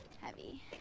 heavy